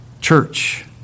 church